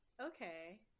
Okay